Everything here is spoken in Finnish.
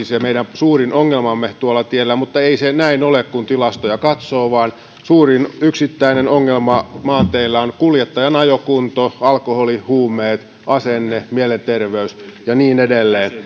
se meidän suurin ongelmamme tuolla tiellä mutta ei se näin ole kun tilastoja katsoo suurin yksittäinen ongelma maanteillä on kuljettajan ajokunto alkoholi huumeet asenne mielenterveys ja niin edelleen